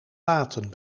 laten